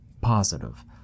positive